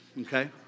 Okay